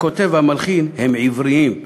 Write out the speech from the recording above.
הכותב והמלחין הם עבריים,